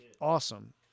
awesome